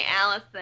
Allison